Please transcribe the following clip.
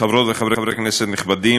חברות וחברי כנסת נכבדים,